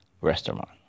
restaurant